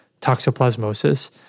toxoplasmosis